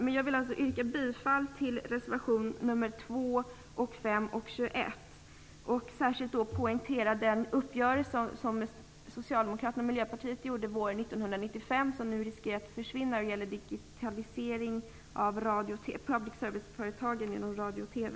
Men jag vill yrka bifall till reservationerna 2, 5 och 21 och även särskilt poängtera den uppgörelse som Socialdemokraterna och Miljöpartiet träffade våren 1995 och som nu riskerar att försvinna. Det gäller digitalisering av public serviceföretagen inom radio och TV.